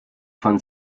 von